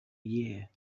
year